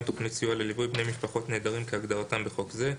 תוכנית סיוע לליווי בני משפחות נעדרים כהגדרתם בחוק זה.